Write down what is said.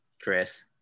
Chris